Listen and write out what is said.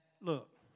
look